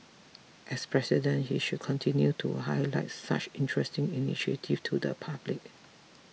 as President he should continue to highlight such interesting initiatives to the public